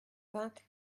vingt